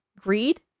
greed